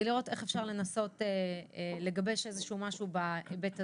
כדי לראות איך אפשר לנסות לגבש איזשהו משהו בהיבט הזה,